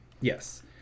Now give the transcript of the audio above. Yes